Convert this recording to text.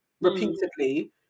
repeatedly